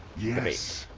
us